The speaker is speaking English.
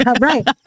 right